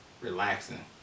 relaxing